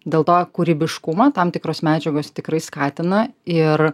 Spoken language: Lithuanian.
dėl to kūrybiškumą tam tikros medžiagos tikrai skatina ir